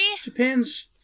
japan's